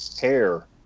hair